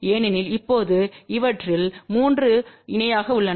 ஏனெனில் இப்போது இவற்றில் 3 இணையாக உள்ளன